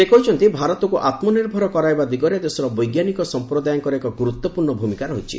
ସେ କହିଛନ୍ତି ଭାରତକୁ ଆତ୍ମନିର୍ଭର କରାଇବା ଦିଗରେ ଦେଶର ବୈଜ୍ଞାନିକ ସମ୍ପ୍ରଦାୟକଙ୍କର ଏକ ଗୁରୁତ୍ୱପୂର୍ଣ୍ଣ ଭୂମିକା ରହିଛି